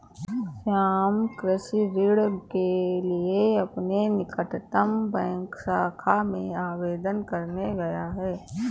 श्याम कृषि ऋण के लिए अपने निकटतम बैंक शाखा में आवेदन करने गया है